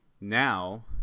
Now